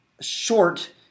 short